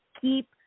Keep